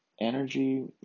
energy